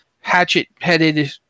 hatchet-headed